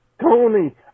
Tony